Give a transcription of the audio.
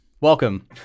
Welcome